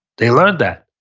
they learned that.